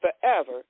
Forever